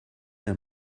d’un